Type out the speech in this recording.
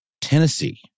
Tennessee